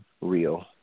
real